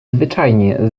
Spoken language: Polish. zwyczajnie